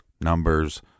numbers